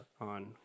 on